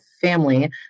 family